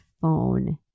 phone